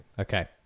Okay